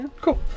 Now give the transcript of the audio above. Cool